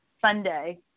Sunday